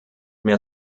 mehr